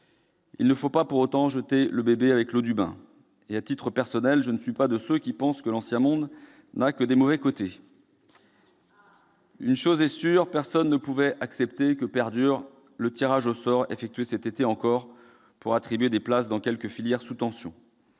Il ne faut pas pour autant jeter le bébé avec l'eau du bain. À titre personnel, je ne suis pas de ceux qui pensent que l'ancien monde n'a que de mauvais côtés ! Très bien ! Une chose est sûre : personne ne pouvait accepter que perdure le tirage au sort effectué cet été encore pour attribuer des places dans quelques filières sous tension.